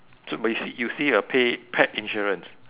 so but you see you see a pay pet insurance